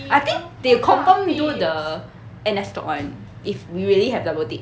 I think they confirm do the N_S talk [one] if we really have double date